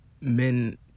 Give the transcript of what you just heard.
Men